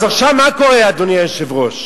אז עכשיו מה קורה, אדוני היושב-ראש?